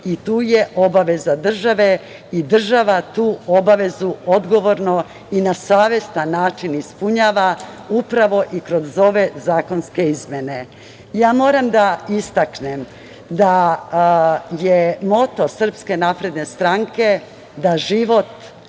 i tu je obaveza država i tu obavezu odgovorno i na savestan način ispunjava, upravo i kroz ove zakonske izmene. Moram da istaknem da je moto Srpske napredne stranke da život